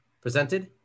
presented